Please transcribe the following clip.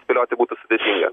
spėlioti būtų sudėtinga